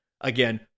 again